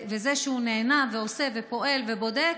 וזה שהוא נענה ועושה ופועל ובודק,